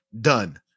done